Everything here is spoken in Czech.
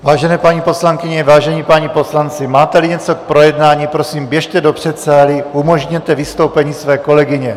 Vážené paní poslankyně, vážení páni poslanci, máteli něco k projednání, prosím běžte do předsálí a umožněte vystoupení své kolegyně!